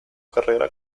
carrera